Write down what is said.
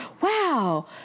wow